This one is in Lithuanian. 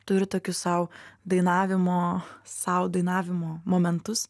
turiu tokius sau dainavimo sau dainavimo momentus